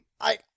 I-